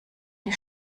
die